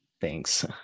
Thanks